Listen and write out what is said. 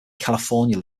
california